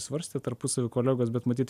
svarstė tarpusavy kolegos bet matyt